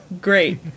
Great